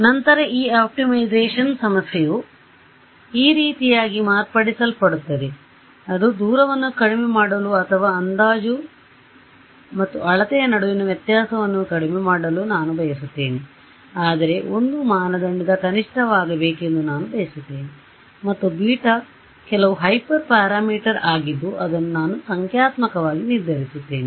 ನಂತರ ಈ ಆಪ್ಟಿಮೈಸೇಶನ್ ಸಮಸ್ಯೆಯು ಈ ರೀತಿಯಾಗಿ ಮಾರ್ಪಡಿಸಲ್ಪಡುತ್ತದೆ ಅದು ದೂರವನ್ನು ಕಡಿಮೆ ಮಾಡಲು ಅಥವಾ ಅಂದಾಜು ಮತ್ತು ಅಳತೆಯ ನಡುವಿನ ವ್ಯತ್ಯಾಸವನ್ನು ಕಡಿಮೆ ಮಾಡಲು ನಾನು ಬಯಸುತ್ತೇನೆ ಆದರೆ 1 ಮಾನದಂಡ ಕನಿಷ್ಠವಾಗಬೇಕೆಂದು ನಾನು ಬಯಸುತ್ತೇನೆ ಮತ್ತು ಬೀಟಾ ಕೆಲವು ಹೈಪರ್ ಪ್ಯಾರಾಮೀಟರ್ ಆಗಿದ್ದು ಅದನ್ನು ನಾನು ಸಂಖ್ಯಾತ್ಮಕವಾಗಿ ನಿರ್ಧರಿಸುತ್ತೇನೆ